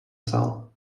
psal